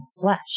flesh